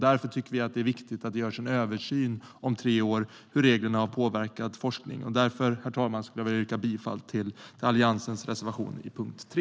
Därför tycker vi att det är viktigt att det görs en översyn om tre år av hur reglerna har påverkat forskningen. Av denna anledning, herr talman, yrkar jag bifall till Alliansens reservation under punkt 3.